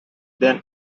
then